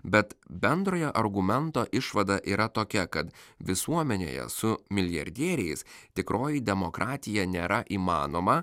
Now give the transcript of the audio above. bet bendrojo argumento išvada yra tokia kad visuomenėje su milijardieriais tikroji demokratija nėra įmanoma